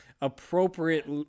appropriate